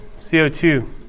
CO2